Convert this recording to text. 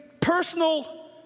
personal